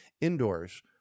indoors